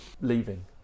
leaving